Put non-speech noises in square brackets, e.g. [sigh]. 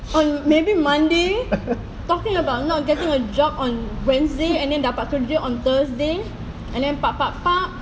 on maybe monday talking about not getting a job on wednesday and then dapat kerja on thursday and then [noise]